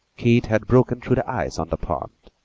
keith had broken through the ice on the pond,